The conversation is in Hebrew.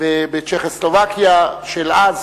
ובצ'כוסלובקיה של אז,